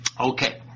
Okay